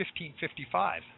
15.55